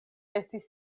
estis